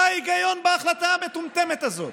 מה ההיגיון בהחלטה המטומטמת הזאת?